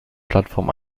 plattform